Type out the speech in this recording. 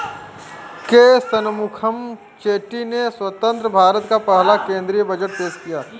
के शनमुखम चेट्टी ने स्वतंत्र भारत का पहला केंद्रीय बजट पेश किया